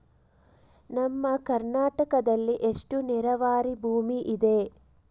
ನಮ್ಮ ಕರ್ನಾಟಕದಲ್ಲಿ ಎಷ್ಟು ನೇರಾವರಿ ಭೂಮಿ ಇದೆ?